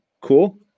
cool